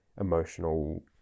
emotional